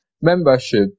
membership